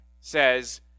says